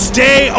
Stay